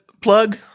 plug